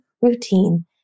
routine